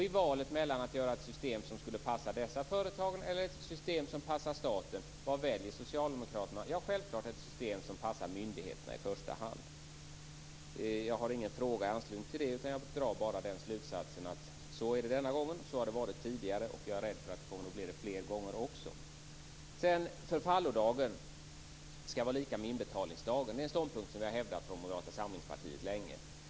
I valet mellan att göra ett system som skulle passa dessa företagare eller ett system som passar staten väljer socialdemokraterna självfallet ett system som passar myndigheterna i första hand. Jag har ingen fråga i anslutning till detta. Jag drar bara slutsatsen att så är det denna gång, så har det varit tidigare, och jag är rädd för att det kommer att bli så fler gånger. Att förfallodagen skall vara lika med inbetalningsdagen är en ståndpunkt som vi i Moderata samlingspartiet länge har hävdat.